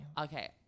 okay